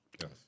Yes